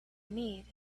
need